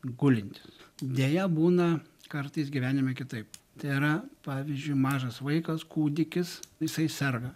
gulintys deja būna kartais gyvenime kitaip tai yra pavyzdžiui mažas vaikas kūdikis jisai serga